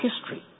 history